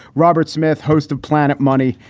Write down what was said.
robert smith, host of planet money.